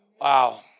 wow